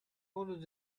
already